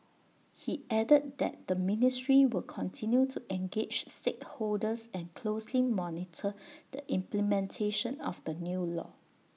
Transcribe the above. he added that the ministry will continue to engage stakeholders and closely monitor the implementation of the new law